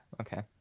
okay